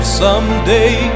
someday